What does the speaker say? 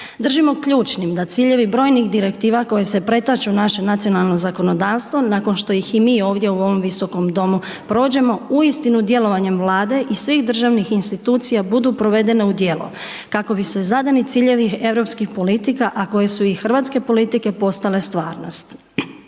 Držimo ključnim da ciljevi brojnih Direktiva koje se pretaču u naše nacionalno zakonodavstvo nakon što ih i mi ovdje u ovom visokom domu prođemo, uistinu djelovanjem Vlade i svih državnih institucija budu provedene u djelo kako bi se zadani ciljevi europskih politika, a koje su i hrvatske politike postale stvarnost.